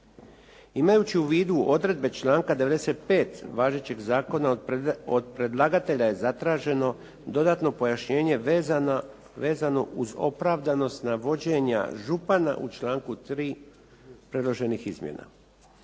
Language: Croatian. Imajući u vidu odredbe članka 95. važećeg zakona o predlagatelja je zatraženo dodatno pojašnjenje vezano uz opravdanost navođenja župana u članku 3. predloženih izmjena.